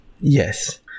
Yes